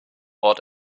ort